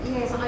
Yes